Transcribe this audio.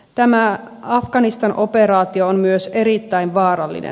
tämä afganistan operaatio on myös erittäin vaarallinen